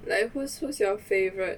like who's who's your favorite